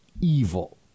evil